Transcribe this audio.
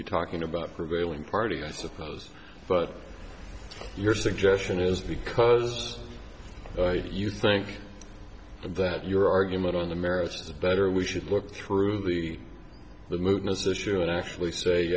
be talking about prevailing party i suppose but your suggestion is because you think that your argument on the merits better we should look through the the movement the should actually